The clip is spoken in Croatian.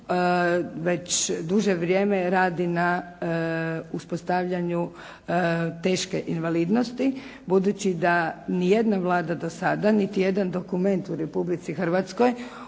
već duže vrijeme radi na uspostavljanju teške invalidnosti budući da nijedna vlada do sada, niti jedan dokument u Republici Hrvatskoj